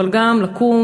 אבל גם לקום,